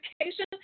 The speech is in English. Education